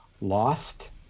lost